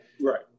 Right